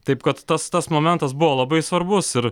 taip kad tas tas momentas buvo labai svarbus ir